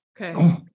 Okay